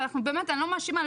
ואני לא מאשימה,